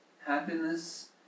happiness